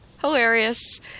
hilarious